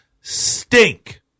stink